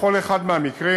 בכל אחד מהמקרים,